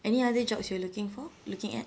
any other jobs you are looking for looking at